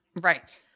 Right